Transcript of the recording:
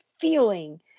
feeling